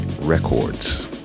Records